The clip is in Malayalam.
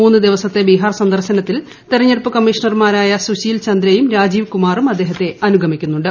മൂന്ന് ദിവസത്തെ ബിഹാർ സന്ദർശനത്തിൽ തെരഞ്ഞെടുപ്പ് കമ്മീഷണർമാരായ സുശീൽ ചന്ദ്രയും രാജീവ് കുമാറും അദ്ദേഹത്തെ അനുഗമിക്കുന്നുണ്ട്